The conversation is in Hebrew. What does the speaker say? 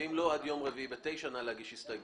ואם לא עד יום רביעי בשעה 9 נא להגיש הסתייגויות.